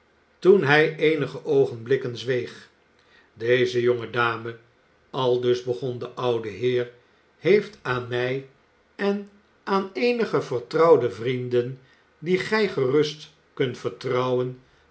toen hij eenige oogenblikken zweeg deze jonge dame aldus begon de oude heer heeft aan mij en aan eenige vertrouwde vrienden die gij gerust kunt vertrouwen